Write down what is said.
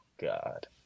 god